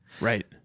Right